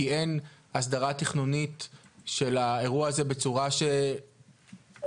כי אין הסדרה תכנונית של האירוע הזה בצורה --- כאמור,